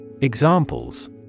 Examples